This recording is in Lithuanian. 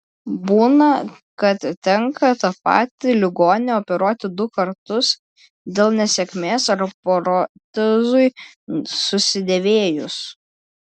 būna kad tenka tą patį ligonį operuoti du kartus dėl nesėkmės ar protezui susidėvėjus